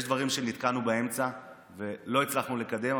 יש דברים שנתקענו בהם באמצע ולא הצלחנו לקדם,